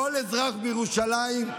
כל אזרח בירושלים,